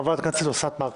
חברת הכנסת אוסנת מארק.